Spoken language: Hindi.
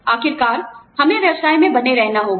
आखिरकार हमें व्यवसाय में बने रहना होगा